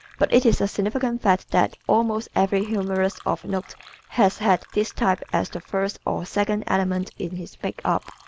but it is a significant fact that almost every humorist of note has had this type as the first or second element in his makeup.